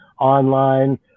online